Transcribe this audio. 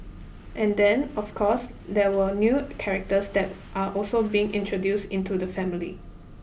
and then of course there were new characters that are also being introduced into the family